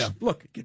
Look